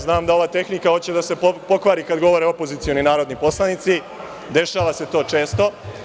Znam da ova tehnika hoće da se pokvari kada govore opozicioni narodni poslanici, dešava se to često.